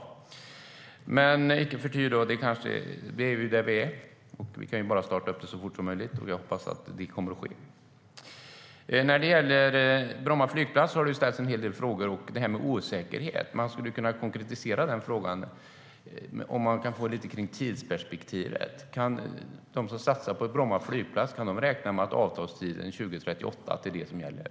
Det har ställts en hel del frågor om Bromma flygplats och denna osäkerhet. Jag skulle kunna konkretisera den frågan. Kan ministern säga någonting om tidsperspektivet? Kan de som satsar på Bromma flygplats räkna med att avtalstiden fram till 2038 gäller?